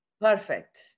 Perfect